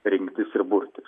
rinktis ir burtis